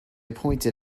pointed